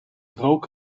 rook